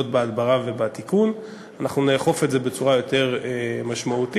שאיבה וכו'; דרך אחרת שעולה קצת יותר מהדרך הקודמת,